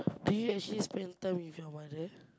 do you actually spend time with your mother